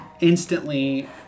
Instantly